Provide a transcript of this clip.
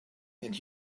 and